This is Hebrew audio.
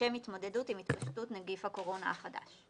לשם התמודדות עם התפשטות נגיף הקורונה החדש,